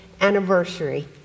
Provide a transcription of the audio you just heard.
anniversary